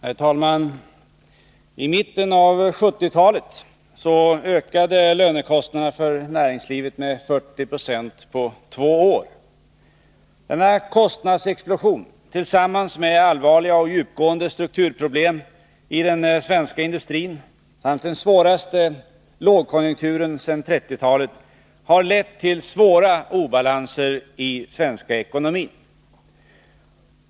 Herr talman! I mitten av 1970-talet ökade lönekostnaderna för näringslivet med 40 2 på två år. Denna kostnadsexplosion tillsammans med allvarliga och djupgående strukturproblem i den svenska industrin samt den svåraste lågkonjunkturen sedan 1930-talet har lett till svåra obalanser i den svenska ekonomin.